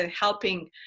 helping